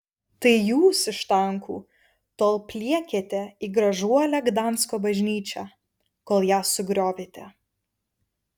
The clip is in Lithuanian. tai jūs iš tankų tol pliekėte į gražuolę gdansko bažnyčią kol ją sugriovėte